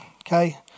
okay